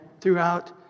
throughout